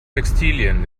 textilien